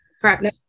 Correct